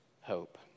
Hope